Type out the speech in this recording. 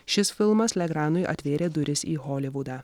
šis filmas legranui atvėrė duris į holivudą